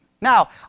Now